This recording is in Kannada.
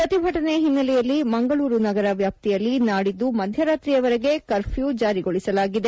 ಪ್ರತಿಭಟನೆ ಹಿನ್ನೆಲೆಯಲ್ಲಿ ಮಂಗಳೂರು ನಗರ ವ್ಯಾಪ್ತಿಯಲ್ಲಿ ನಾಡಿದ್ದು ಮಧ್ಯರಾತ್ರಿಯವರೆಗೆ ಕರ್ಪ್ಯೂ ಜಾರಿಗೊಳಿಸಲಾಗಿದೆ